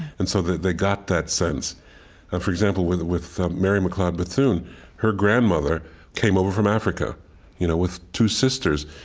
and so they got that sense and for example, with with mary mcleod bethune her grandmother came over from africa you know with two sisters,